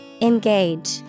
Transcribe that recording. Engage